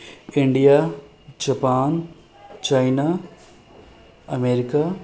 India Japan China America